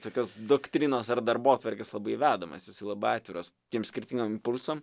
tokios doktrinos ar darbotvarkės labai vedamas jisai labai atviras tiems skirtingiem impulsam